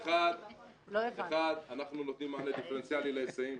1. אנחנו נותנים מענה דיפרנציאלי להיסעים.